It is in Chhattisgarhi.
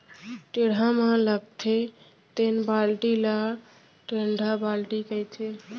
टेड़ा म लगथे तेन बाल्टी ल टेंड़ा बाल्टी कथें